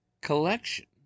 collection